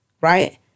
right